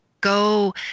go